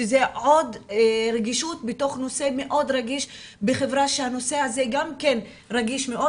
שזו עוד רגישות בתוך נושא מאוד רגיש בחברה שהנושא הזה רגיש מאוד,